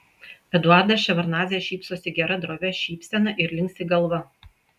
eduardas ševardnadzė šypsosi gera drovia šypsena ir linksi galva